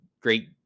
great